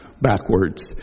backwards